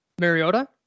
Mariota